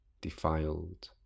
Defiled